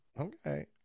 okay